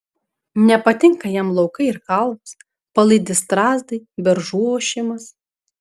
nepatinka jam laukai ir kalvos palaidi strazdai beržų ošimas